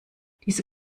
diese